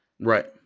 Right